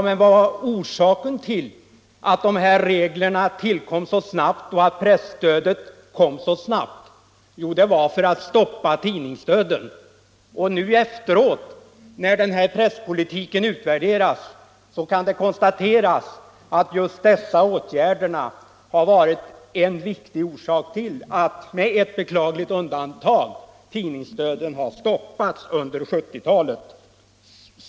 Men vad var orsaken till att de här reglerna tillkom så snabbt och att presstödet kom så snabbt? Jo, orsaken var att man ville stoppa tidningsdöden. Nu efteråt när presspolitiken utvärderas kan det konstateras att just dessa åtgärder har varit en viktig orsak till att tidningsdöden med ett beklagligt undantag har stoppats under 1970-talet.